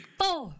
four